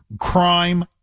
crime